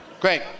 Great